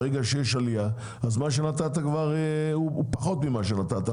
ברגע שיש עלייה, מה שנתת הוא פחות ממה שנתת.